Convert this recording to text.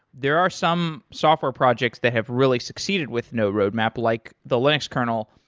there are some software projects that have really succeeded with no roadmap, like the linux kernel,